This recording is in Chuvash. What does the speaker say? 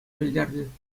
пӗлтернӗ